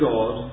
God